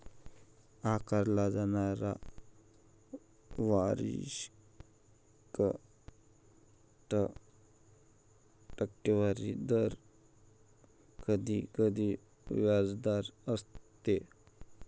आकारला जाणारा वार्षिक टक्केवारी दर कधीकधी व्याजदर असतो